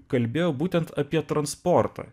kalbėjo būtent apie transportą